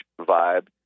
vibe